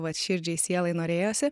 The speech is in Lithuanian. vat širdžiai sielai norėjosi